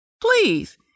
please